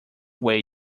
way